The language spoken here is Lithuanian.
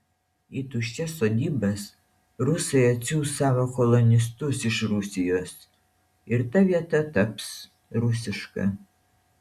į tuščias sodybas rusai atsiųs savo kolonistus iš rusijos ir ta vieta taps rusiška